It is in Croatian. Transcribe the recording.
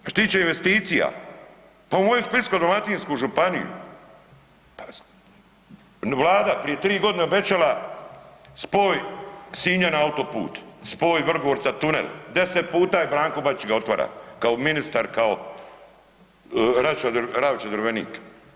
A što se tiče investicija, pa u mojoj Splitsko-dalmatinsku županiju Vlada prije tri godine obećala spoj Sinja na autoput, spoj Vrgorca tunel, 10 puta je Branko Bačić ga otvara kao ministar, kao RAvče-Drvenik.